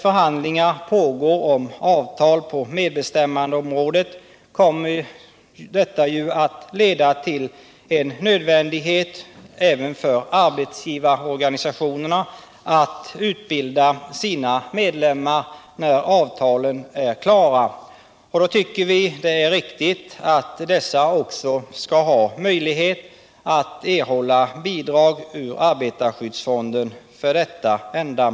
Förhandlingar pågår nu om avtal på medbestämmandeområdet, och det kommer ju att leda fram till att det blir nödvändigt även för arbetsgivarorganisationerna att utbilda sina medlemmar, när avtalen är klara. Och då tycker vi det är riktigt att också de organisationerna får möjlighet att erhålla bidrag för detta ändamål ur arbetarskyddsfonden. Herr talman!